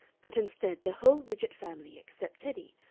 but instead the whole widgett family, except teddy,